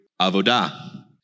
Avodah